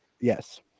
yes